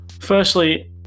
Firstly